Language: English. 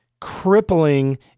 crippling